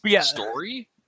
story